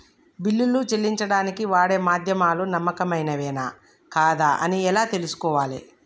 బిల్లులు చెల్లించడానికి వాడే మాధ్యమాలు నమ్మకమైనవేనా కాదా అని ఎలా తెలుసుకోవాలే?